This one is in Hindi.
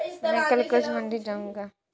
मैं कल कृषि मंडी जाऊँगा